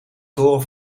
toren